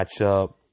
matchup